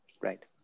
Right